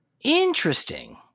Interesting